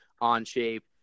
on-shape